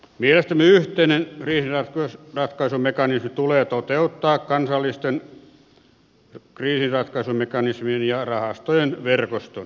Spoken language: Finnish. vielä näy enää niihin on mielestämme yhteinen kriisinratkaisumekanismi tulee toteuttaa kansallisten kriisinratkaisumekanismien ja rahastojen verkostona